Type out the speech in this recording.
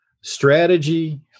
strategy